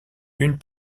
une